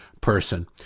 person